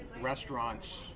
restaurants